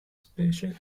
specie